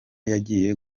yagiye